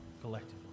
collectively